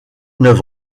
neuf